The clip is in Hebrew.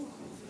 גברתי